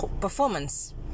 performance